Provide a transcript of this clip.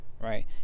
right